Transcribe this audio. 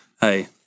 hey